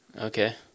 Okay